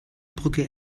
brücke